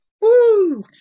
Woo